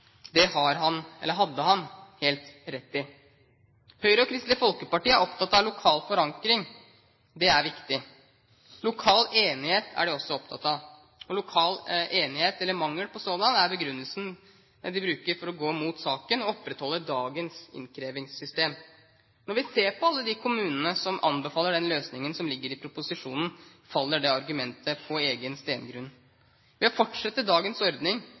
Det hadde han helt rett i. Høyre og Kristelig Folkeparti er opptatt av lokal forankring. Det er viktig. Lokal enighet er de også opptatt av. Lokal enighet, eller mangel på sådan, er begrunnelsen for å gå imot saken og opprettholde dagens innkrevingssystem. Når vi ser på alle de kommunene som anbefaler den løsningen som ligger i proposisjonen, faller det argumentet på steingrunn. Å fortsette dagens ordning